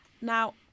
Now